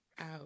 out